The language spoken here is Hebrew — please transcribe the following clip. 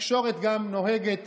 התקשורת גם נוהגת